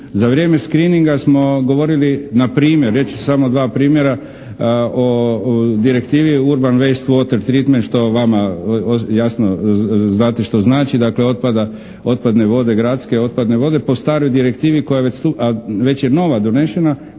Za vrijeme screeninga smo govorili npr. reći ću samo dva primjera, o direktivi … što vama jasno znate što znači, dakle otpadne vode gradske i otpadne vode po staroj direktivi koja, a već je nova donešena,